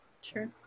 Sure